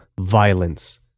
violence